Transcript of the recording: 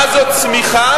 מה זאת צמיחה?